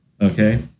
Okay